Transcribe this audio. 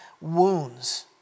wounds